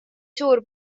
suur